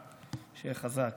שיהיה חזק.